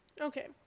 Okay